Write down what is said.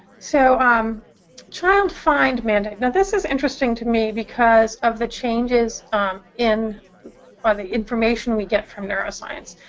so um child find mandate. now this is interesting to me because of the changes in ah the information we get from neuroscience.